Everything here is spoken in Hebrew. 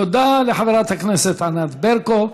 תודה לחברת הכנסת ענת ברקו.